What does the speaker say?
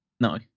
No